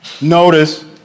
Notice